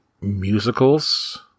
musicals